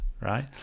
right